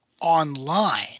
online